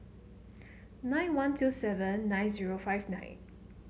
nine one two seven nine zero five nine